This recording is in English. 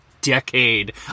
decade